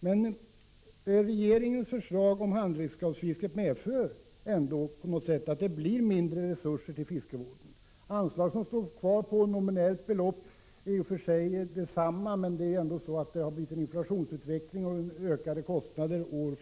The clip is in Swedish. men genomförandet av regeringens förslag om det fria handredskapsfisket har ändå medfört att fiskevården fått mindre resurser. Anslagen står kvar på nominellt samma belopp, vilket medför att de minskar med inflationsutvecklingen och de årliga kostnadsökningarna.